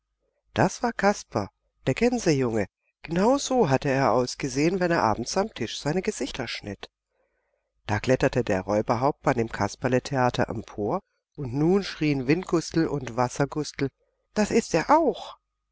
das war kasper der gänsejunge genau so hatte er ausgesehen wenn er abends am tisch seine gesichter schnitt da kletterte der räuberhauptmann im kasperletheater empor und nun schrien windgustel und wassergustel das ist er auch